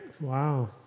Wow